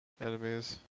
enemies